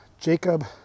Jacob